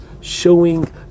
showing